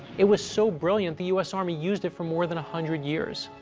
it was so brilliant the u s. army used it for more than a hundred years.